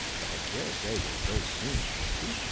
but i daresay you'll go soon, won't you?